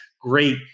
great